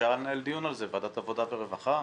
עבודה ורווחה.